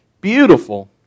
Beautiful